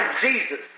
Jesus